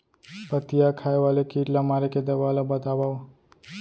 पत्तियां खाए वाले किट ला मारे के दवा ला बतावव?